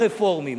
הרפורמים,